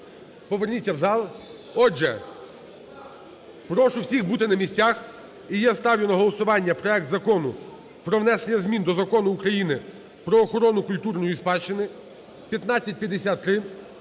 поверніться в зал. Отже, прошу всіх бути на місцях, і я ставлю на голосування проект Закону про внесення змін до Закону України "Про охорону культурної спадщини" (1553)